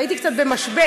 אז הייתי קצת במשבר,